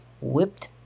whipped